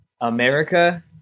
America